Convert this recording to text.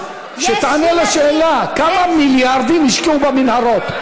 שתענה על השאלה: כמה מיליארדים השקיעו במנהרות?